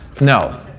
No